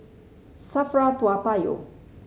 SAFRA Toa Payoh